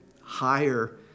higher